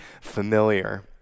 familiar